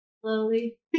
slowly